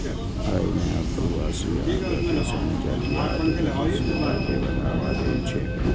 अय मे अप्रवासी आ जातीय समूह जातीय आर्थिक गतिशीलता कें बढ़ावा दै छै